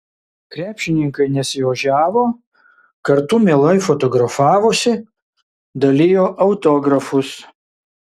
krepšininkai nesiožiavo kartu mielai fotografavosi dalijo autografus